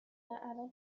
الان